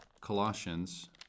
Colossians